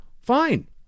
Fine